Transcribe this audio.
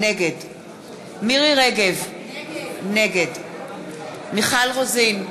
נגד מירי רגב, נגד מיכל רוזין,